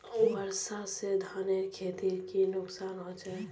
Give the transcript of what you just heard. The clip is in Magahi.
वर्षा से धानेर खेतीर की नुकसान होचे?